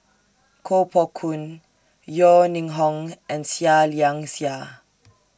Koh Poh Koon Yeo Ning Hong and Seah Liang Seah